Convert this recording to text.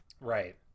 Right